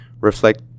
reflect